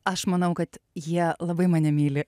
aš manau kad jie labai mane myli